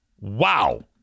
wow